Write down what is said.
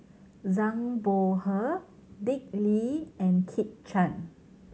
Zhang Bohe Dick Lee and Kit Chan